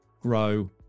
grow